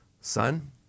Son